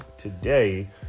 Today